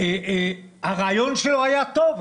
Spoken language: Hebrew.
קודם